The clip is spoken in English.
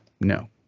No